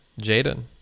Jaden